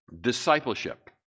discipleship